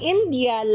India